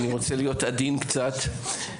אני רוצה להיות קצת עדין.